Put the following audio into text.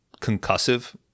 concussive